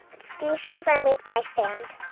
seashells are made by sand